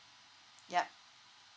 yup